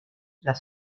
las